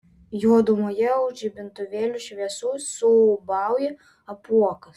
juodumoje už žibintuvėlių šviesų suūbauja apuokas